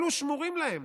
אלו שמורים להם,